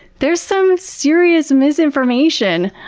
there's some serious misinformation.